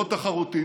לא תחרותית.